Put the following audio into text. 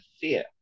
fear